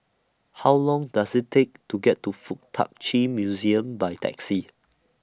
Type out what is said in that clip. How Long Does IT Take to get to Fuk Tak Chi Museum By Taxi